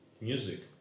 music